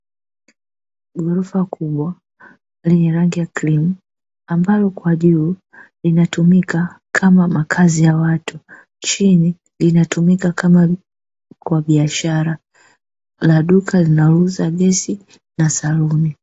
Ghorofa kubwa lenye rangi ya Krimu, ambalo kwajuu linatumika kama makazi ya watu, chini linatumika kama kwa biashara la Duka linalouza Gesi na Saluni.